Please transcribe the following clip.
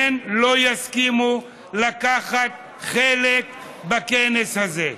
הן לא יסכימו לקחת חלק בכנס הזה.